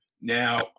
Now